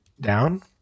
down